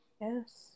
Yes